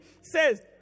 says